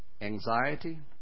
Anxiety